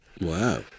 Wow